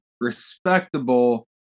respectable